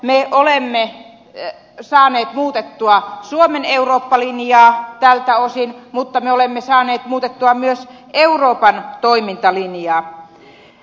me olemme saaneet muutettua suomen eurooppa linjaa tältä osin mutta me olemme saaneet muutettua myös euroopan toimintalinjaa